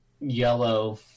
yellow